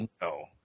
no